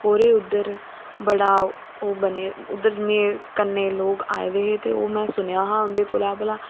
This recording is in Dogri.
ओह्दे उध्दर बड़ा ओह् बने उध्दर करने लोग आए दे हे ते में सुनेआ हा